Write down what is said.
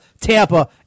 Tampa